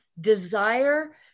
desire